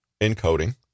Encoding